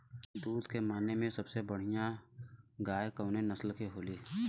दुध के माने मे सबसे बढ़ियां गाय कवने नस्ल के होली?